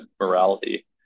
morality